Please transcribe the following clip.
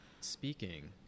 Speaking